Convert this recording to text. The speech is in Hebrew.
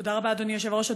תודה רבה, אדוני היושב-ראש.